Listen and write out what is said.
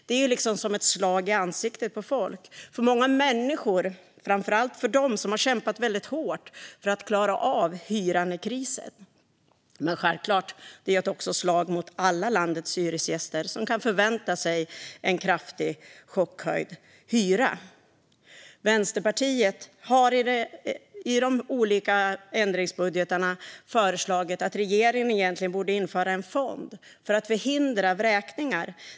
Det är som ett slag i ansiktet på folk, framför allt för dem som har kämpat väldigt hårt för att klara av hyran i krisen. Självklart är det också ett slag mot alla landets hyresgäster, som kan förvänta sig en chockhöjd hyra. Vänsterpartiet har i samband med de olika ändringsbudgetarna föreslagit att regeringen borde införa en fond för att förhindra vräkningar.